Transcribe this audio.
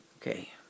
Okay